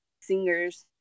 singers